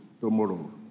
tomorrow